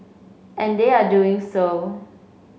and they are doing so